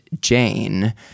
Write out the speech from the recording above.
Jane